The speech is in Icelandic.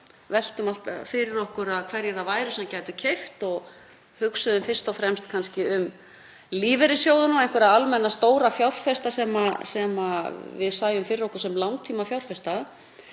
veltum alltaf fyrir okkur hverjir það væru sem gætu keypt og hugsuðum kannski fyrst og fremst um lífeyrissjóðina og einhverja almenna stóra fjárfesta sem við sæjum fyrir okkur sem langtímafjárfesta.